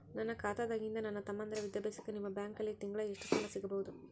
ನನ್ನ ಖಾತಾದಾಗಿಂದ ನನ್ನ ತಮ್ಮಂದಿರ ವಿದ್ಯಾಭ್ಯಾಸಕ್ಕ ನಿಮ್ಮ ಬ್ಯಾಂಕಲ್ಲಿ ತಿಂಗಳ ಎಷ್ಟು ಸಾಲ ಸಿಗಬಹುದು?